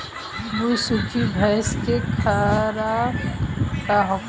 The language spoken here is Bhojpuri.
बिसुखी भैंस के खुराक का होखे?